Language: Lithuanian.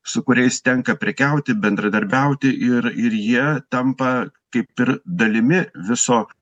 su kuriais tenka prekiauti bendradarbiauti ir ir jie tampa kaip ir dalimi viso